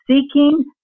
seeking